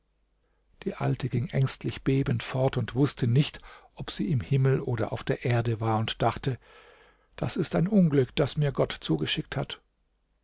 die alte ging ängstlich bebend fort und wußte nicht ob sie im himmel oder auf der erde war und dachte das ist ein unglück das mir gott zugeschickt hat